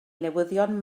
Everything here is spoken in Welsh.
newyddion